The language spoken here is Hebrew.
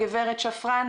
הגברת שפרן,